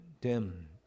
dim